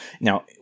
now